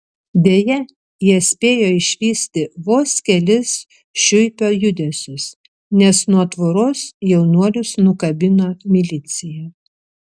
deja jie spėjo išvysti vos kelis šiuipio judesius nes nuo tvoros jaunuolius nukabino milicija